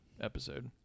episode